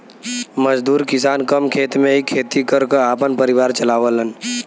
मजदूर किसान कम खेत में ही खेती कर क आपन परिवार चलावलन